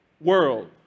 world